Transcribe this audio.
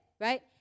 Right